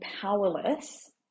powerless